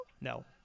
No